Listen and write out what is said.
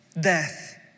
death